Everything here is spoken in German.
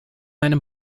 einem